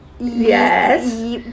Yes